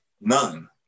None